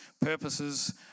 purposes